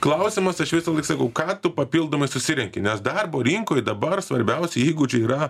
klausimas aš visąlaik sakau ką tu papildomai susirenki nes darbo rinkoj dabar svarbiausi įgūdžiai yra